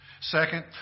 Second